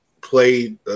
played